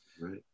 Right